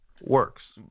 works